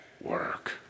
work